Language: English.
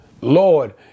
Lord